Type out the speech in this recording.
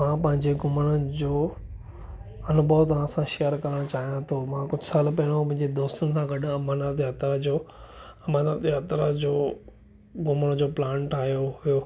मां पंहिंजे घुमण जो अनुभव तव्हां सां शेयर करणु चाहियां थो मां कुझु साल पहिरों मुंहिंजे दोस्तनि सां गॾु अमरनाथ यात्रा जो अमरनाथ यात्रा जो घुमण जो प्लान ठाहियो हुओ